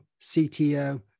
CTO